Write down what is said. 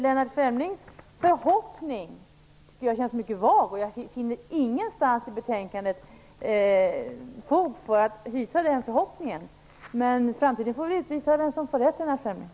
Lennart Fremlings förhoppning tycker jag känns mycket vag. Inte någonstans i betänkandet finner jag fog för att hysa den förhoppningen. Men framtiden får väl utvisa vem som får rätt, Lennart Fremling.